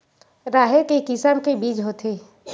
राहेर के किसम के बीज होथे?